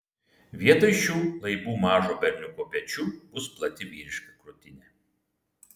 vietoj šių laibų mažo berniuko pečių bus plati vyriška krūtinė